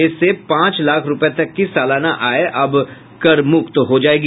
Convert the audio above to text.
इससे पांच लाख रूपये तक की सालाना आय अब कर मुक्त हो जायेगी